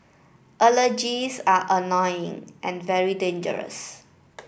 allergies are annoying and very dangerous